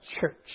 church